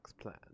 plan